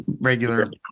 regular